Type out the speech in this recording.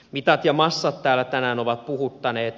mitat ja massat täällä tänään ovat puhuttaneet